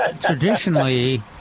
traditionally